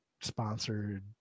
sponsored